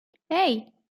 hey